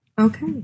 Okay